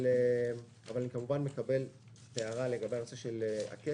אני כמובן מקבל את ההערה לגבי הקשר.